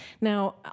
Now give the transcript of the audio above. Now